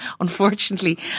unfortunately